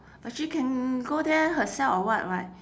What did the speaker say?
but she can go there herself or what [what]